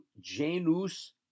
genus